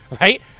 right